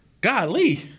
golly